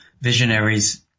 visionaries